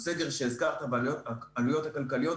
הסגר שהזכרת בעלויות הכלכליות,